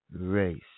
race